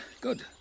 Good